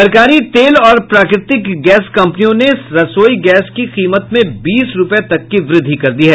सरकारी तेल और प्राकृतिक गैस कंपनियों ने रसोई गैस की कीमत में बीस रूपये तक की वृद्धि की है